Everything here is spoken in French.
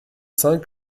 cinq